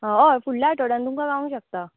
अ हय फुडल्या आठवड्यान तुमकां गावोंग शकता